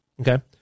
Okay